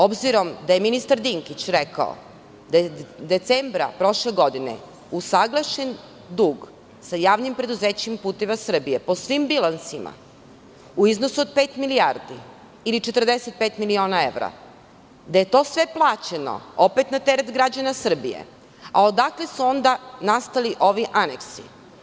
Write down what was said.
Obzirom da je ministar Dinkić rekao da je decembra prošle godine usaglašen dug sa Javnim preduzećem "Putevi Srbije" po svim bilansima, u iznosu od pet milijardi ili 45 miliona evra, da je to sve plaćeno, opet na teret građana Srbije, odakle su onda nastali ovi aneksi?